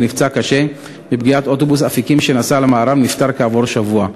נפצע קשה מפגיעת אוטובוס "אפיקים" שנסע למערב ונפטר כעבור שבוע,